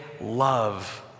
love